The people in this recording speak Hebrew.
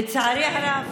לצערי הרב,